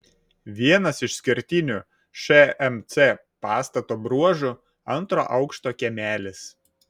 vienas išskirtinių šmc pastato bruožų antro aukšto kiemelis